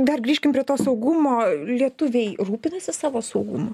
dar grįžkim prie to saugumo lietuviai rūpinasi savo saugumu